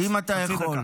חצי דקה.